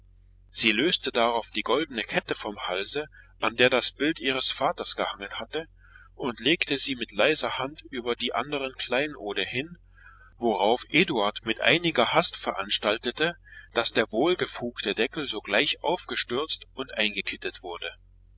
sie löste darauf die goldne kette vom halse an der das bild ihres vaters gehangen hatte und legte sie mit leiser hand über die anderen kleinode hin worauf eduard mit einiger hast veranstaltete daß der wohlgefugte deckel sogleich aufgestürzt und eingekittet wurde